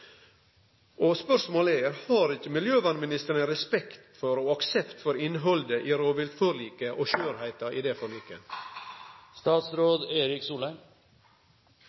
Og spørsmålet er: Har ikkje miljøvernministeren respekt for og aksept for innhaldet i rovviltforliket og skjørheita i det